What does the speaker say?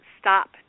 stop